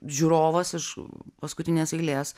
žiūrovas iš paskutinės eilės